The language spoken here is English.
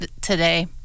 today